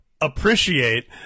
appreciate